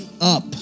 up